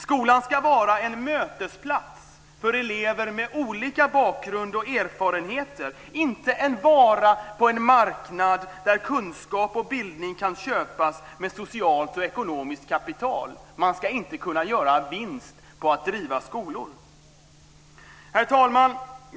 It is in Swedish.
Skolan ska vara en mötesplats för elever med olika bakgrund och erfarenheter, inte en vara på en marknad där kunskap och bildning kan köpas med socialt och ekonomiskt kapital. Man ska inte kunna göra vinst på att driva skolor. Herr talman!